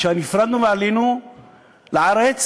כשנפרדנו ועלינו לארץ,